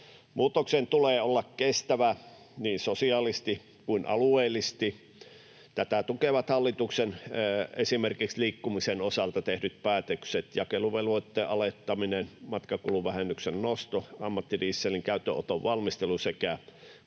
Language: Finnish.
Muutoksen tulee olla kestävä niin sosiaalisesti kuin alueellisesti. Tätä tukevat hallituksen esimerkiksi liikkumisen osalta tehdyt päätökset: jakeluvelvoitteen alentaminen, matkakuluvähennyksen nosto, ammattidieselin käyttöönoton valmistelu sekä